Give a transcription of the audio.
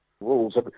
rules